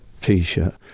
t-shirt